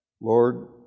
Lord